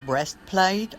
breastplate